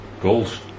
goals